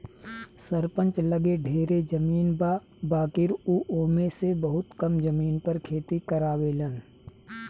सरपंच लगे ढेरे जमीन बा बाकिर उ ओमे में से बहुते कम जमीन पर खेती करावेलन